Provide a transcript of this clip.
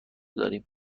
داریم